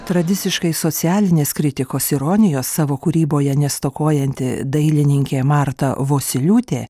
tradiciškai socialinės kritikos ironijos savo kūryboje nestokojanti dailininkė marta vosyliūtė